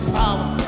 power